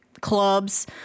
clubs